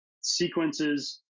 sequences